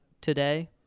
today